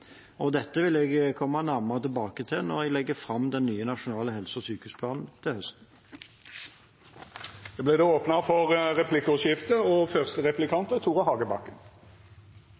Dette vil jeg komme nærmere tilbake til når jeg legger fram den nye nasjonale helse- og sykehusplanen til